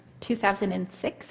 2006